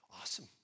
awesome